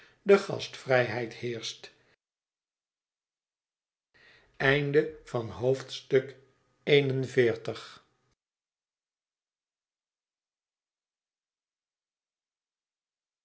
de gastvrijheid heerscht